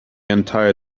entire